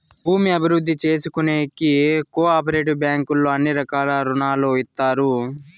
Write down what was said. భూమి అభివృద్ధి చేసుకోనీకి కో ఆపరేటివ్ బ్యాంకుల్లో అన్ని రకాల రుణాలు ఇత్తారు